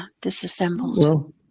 disassembled